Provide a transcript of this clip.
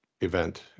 event